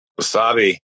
Wasabi